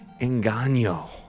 engaño